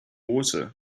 water